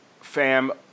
fam